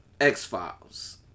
x-files